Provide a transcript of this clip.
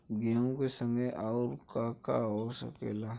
गेहूँ के संगे अउर का का हो सकेला?